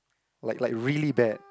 like like really bad